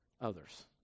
others